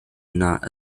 not